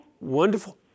Wonderful